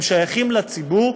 הם שייכים לציבור,